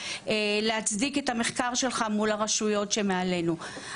להצדיק את המחקר שלך מול הרשויות שמעלינו.